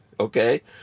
okay